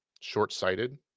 short-sighted